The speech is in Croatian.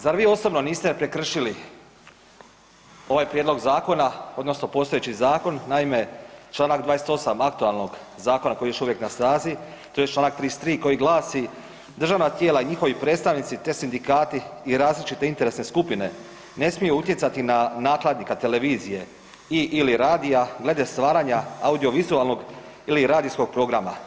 Zar vi osobno niste prekršili ovaj prijedlog zakona odnosno postojeći zakon, naime čl. 28.aktualnog zakona koji je još uvijek na snazi tj. čl. 33.koji glasi „Državna tijela i njihovi predstavnici te sindikati i različite interesne skupine ne smiju utjecati na nakladnika televizije i/ili radija glede stvaranja audiovizualnog ili radijskog programa.